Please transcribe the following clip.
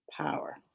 power